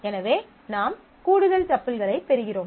எனவே நாம் கூடுதல் டப்பிள்களைப் பெறுகிறோம்